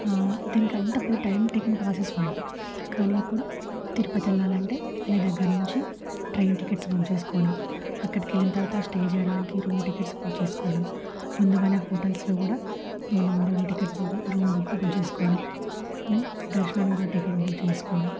దీనినికి అంత పెద్ద time taking process ఉండేది కానీ ఇప్పుడు తిరుపతి వెళ్ళాలంటే వెళ్ళే దగ్గర నుంచి ట్రైన్ టికెట్స్ బుక్ చేసుకోవడం అక్కడికెళ్ళిన తరువాత స్టే చెయ్యడానికి రూమ్ టికెట్స్ బుక్ చేసుకోవడం ముందుగానే హోటల్స్లో కూడా మనం room ticket book room book చేసుకోవడం దర్శనానికి కూడా టికెట్ బుక్ చేసుకోవడం